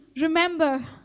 remember